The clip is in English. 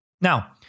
Now